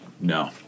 No